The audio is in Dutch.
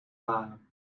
waren